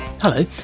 Hello